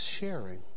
sharing